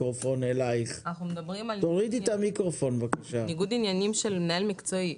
אנחנו מדברים על ניגוד עניינים של מנהל מקצועי.